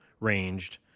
ranged